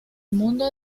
mundo